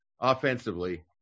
offensively